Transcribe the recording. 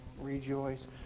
rejoice